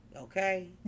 okay